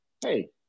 hey